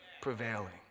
prevailing